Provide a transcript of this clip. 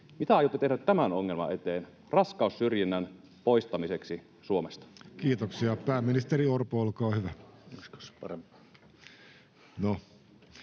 mitä aiotte tehdä tämän ongelman eteen, raskaussyrjinnän poistamiseksi Suomesta? [Speech 58] Speaker: Jussi Halla-aho